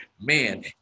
Man